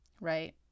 right